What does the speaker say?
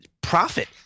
profit